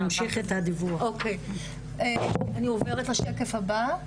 אני עוברת לשקף הבא,